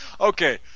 Okay